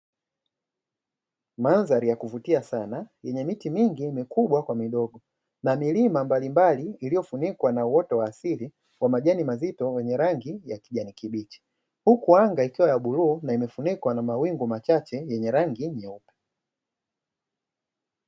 Madhali ya kuvutia sana yenye miti mingi mikubwa kwa midogo, na milima mbalimbali iliyofunikwa na uoto wa asili kwa majani mazito yenye rangi ya kijani kibichi, huku anga ikiwa ya bluu na imefunikwa na mawingu machache yenye rangi nyeupe.